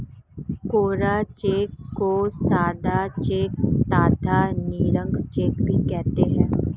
कोरा cheque को सादा cheque तथा निरंक चेक भी कहते हैं